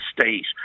state